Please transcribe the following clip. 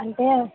అంటే